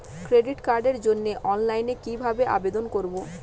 Credit কার্ডের জন্য অফলাইনে কিভাবে আবেদন করব?